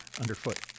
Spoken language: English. underfoot